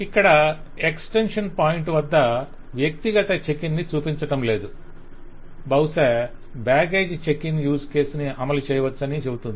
ఇక్కడ extension point వద్ద వ్యక్తిగత చెక్ ఇన్ ని చూపించటంలేదు బహుశ baggage check in use case ని అమలుచేయవచ్చని చెపుతుంది